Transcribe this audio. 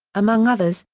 among others,